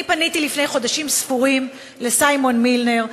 אני פניתי לפני כמה חודשים לסיימון מילנר,